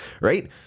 right